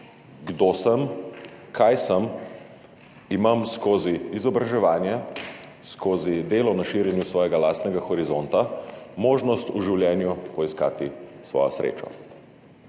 kdo sem, kaj sem, imam skozi izobraževanje, skozi delo na širjenju svojega lastnega horizonta možnost v življenju poiskati svojo srečo.